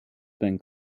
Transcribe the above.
been